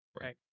Right